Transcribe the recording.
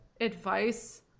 advice